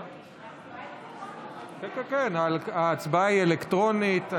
כן, ההצבעה היא אלקטרונית.